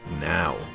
now